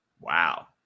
Wow